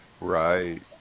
right